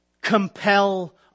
compel